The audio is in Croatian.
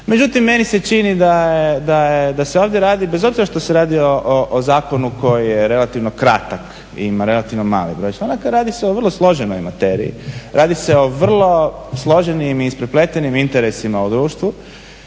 Međutim, meni se čini da se ovdje radi, bez obzira što se radi o zakonu koji je relativno kratak i ima relativno mali broj članaka radi se o vrlo složenoj materiji, radi se o vrlo složenim i isprepletenim interesima u društvu